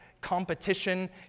competition